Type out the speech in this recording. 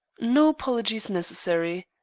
no apology is necessary.